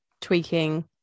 tweaking